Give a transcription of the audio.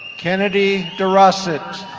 kennedi derossett.